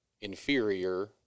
inferior